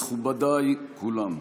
מכובדיי כולם,